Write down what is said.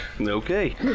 Okay